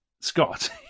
Scott